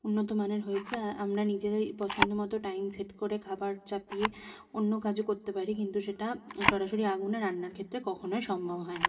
উন্নত মানের হয়েছে আমরা নিজেদের পছন্দ মতো টাইম সেট করে খাবার চাপিয়ে অন্য কাজও করতে পারি কিন্তু সেটা সরাসরি আগুনে রান্নার ক্ষেত্রে কখনোই সম্ভব হয় না